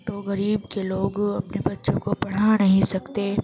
تو غریب کے لوگ اپنے بچوں کو پڑھا نہیں سکتے